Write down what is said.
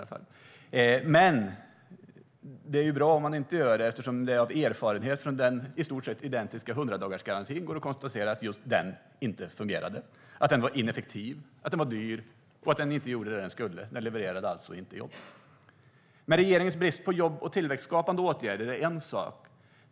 Det vore dock bra om hon inte gjorde det eftersom man i efterhand har kunnat konstatera att den i stort sett identiska 100-dagarsgarantin inte fungerade. Den var ineffektiv, dyr och verkningslös eftersom den inte levererade några jobb. Regeringens brist på jobb och tillväxtskapande åtgärder är en sak.